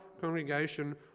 congregation